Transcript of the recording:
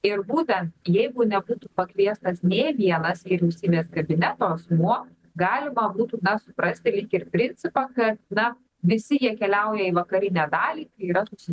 ir būtent jeigu nebūtų pakviestas nė vienas vyriausybės kabineto asmuo galima būtų na suprasti lyg ir principą kad na visi jie keliauja į vakarinę dalį yra toksai